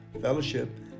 fellowship